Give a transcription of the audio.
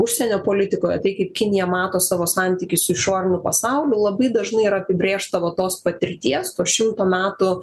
užsienio politikoje tai kaip kinija mato savo santykius su išoriniu pasauliu labai dažnai yra apibrėžta va tos patirties to šimto metų